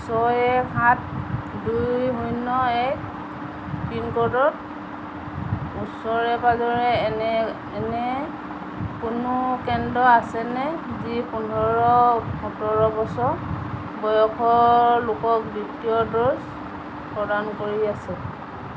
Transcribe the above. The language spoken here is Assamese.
ছয় এক সাত দুই শূন্য এক পিন ক'ডৰ ওচৰে পাঁজৰে এনে এনে কোনো কেন্দ্ৰ আছেনে যি পোন্ধৰ সোতৰ বছৰ বয়সৰ লোকক দ্বিতীয় ড'জ প্ৰদান কৰি আছে